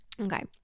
Okay